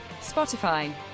Spotify